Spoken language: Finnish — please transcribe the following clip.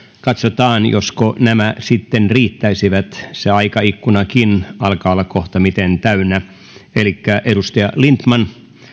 katsotaan josko nämä sitten riittäisivät se aikaikkunakin alkaa olla kohtamiten täynnä edustaja lindtman